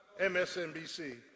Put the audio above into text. MSNBC